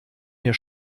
mir